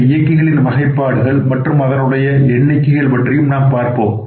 இந்த இயக்கிகளின் வகைபாடுகள் மற்றும் அதனுடைய எண்ணிக்கைகள் பற்றியும் நாம் பார்ப்போம்